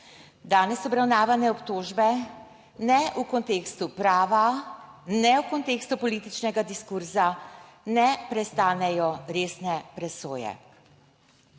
Danes obravnavane obtožbe ne v kontekstu prava, ne v kontekstu političnega diskurza ne prestanejo resne presoje.